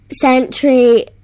century